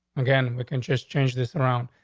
okay. and we can just change this around.